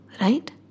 right